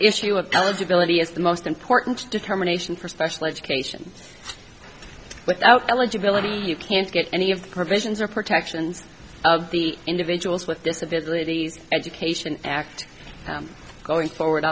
issue of eligibility is the most important determination for special education without eligibility you can't get any of the provisions or protections of the individuals with disabilities education act going forward